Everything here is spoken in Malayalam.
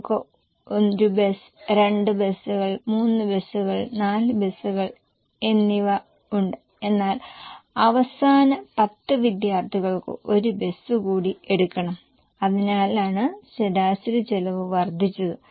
നമുക്ക് 1 ബസ് 2 ബസുകൾ 3 ബസുകൾ 4 ബസുകൾ എന്നിവയുണ്ട് എന്നാൽ അവസാന 10 വിദ്യാർത്ഥികൾക്ക് ഒരു ബസ് കൂടി എടുക്കണം അതിനാലാണ് ശരാശരി ചിലവ് വർദ്ധിച്ചത്